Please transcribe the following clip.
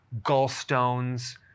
gallstones